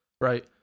Right